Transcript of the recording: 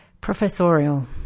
professorial